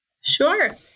Sure